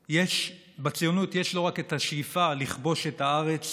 בציונות יש לא רק שאיפה לכבוש את הארץ